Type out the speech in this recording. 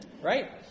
right